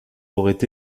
aurait